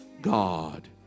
God